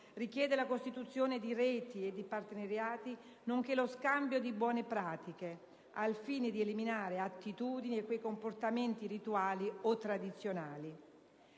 richiede la costituzione di reti e di partenariati, nonché lo scambio di buone pratiche, al fine di eliminare attitudini e quei comportamenti rituali o tradizionali.